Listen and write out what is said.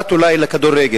פרט אולי לכדורגל?